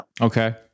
Okay